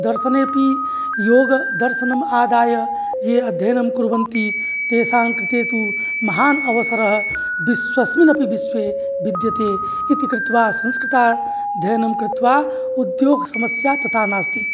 दर्शनेऽपि योगदर्शनम् आदाय ये अध्ययनं कुर्वन्ति तेषाङ्कृते तु महान् अवसरः विश्वेऽस्मिन् अपि विश्वे विद्यते इति कृत्वा संस्कृताध्ययनं कृत्वा उद्योगसमस्या तथा नास्ति